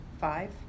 five